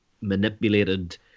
manipulated